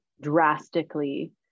drastically